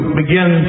begin